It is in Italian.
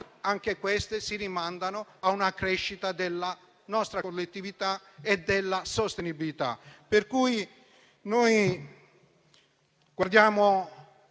anch'esse ad una crescita della nostra collettività e della sostenibilità.